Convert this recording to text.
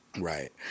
Right